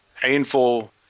painful